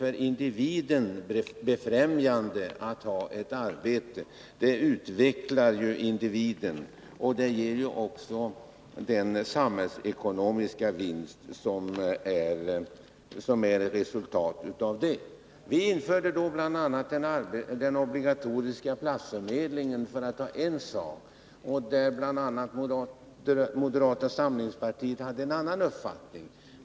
För det andra är det befrämjande för individen att ha ett arbete. Det utvecklar ju individen. Resultatet av detta blir en samhällsekonomisk vinst. Vi införde t.ex. den obligatoriska platsförmedlingen, för att nämna en sak. Då hade bl.a. moderata samlingspartiet en annan uppfattning.